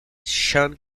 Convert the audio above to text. sean